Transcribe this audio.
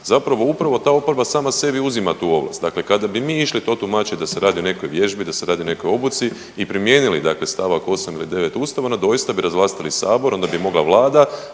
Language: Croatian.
zapravo upravo ta oporba sama sebi uzima tu ovlast. Dakle kada bi mi išli to tumačiti da se radi o nekakvoj vježbi, da se radi o nekoj obuci i primijenili, dakle st. 8 ili 9 Ustava, onda doista bi razvlastili Sabor da bi mogla Vlada